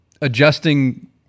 adjusting